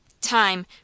Time